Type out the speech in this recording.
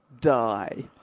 die